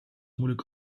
moeilijk